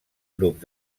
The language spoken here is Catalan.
grups